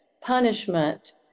punishment